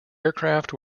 aircraft